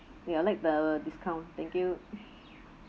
ya I like the discount thank you